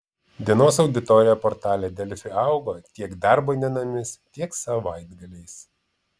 dienos auditorija portale delfi augo tiek darbo dienomis tiek savaitgaliais